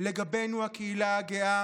לגבינו, הקהילה הגאה,